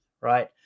right